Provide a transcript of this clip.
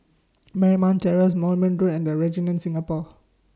Marymount Terrace Moulmein Road and The Regent Singapore